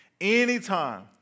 Anytime